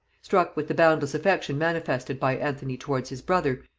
struck with the boundless affection manifested by anthony towards his brother,